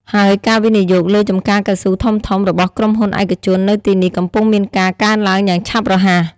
ហើយការវិនិយោគលើចំការកៅស៊ូធំៗរបស់ក្រុមហ៊ុនឯកជននៅទីនេះកំពុងមានការកើនឡើងយ៉ាងឆាប់រហ័ស។